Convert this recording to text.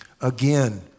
Again